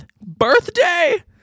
birthday